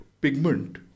pigment